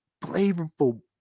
flavorful